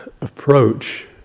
approach